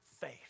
faith